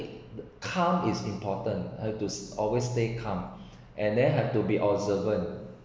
calm is important have to always stay calm and then have to be observant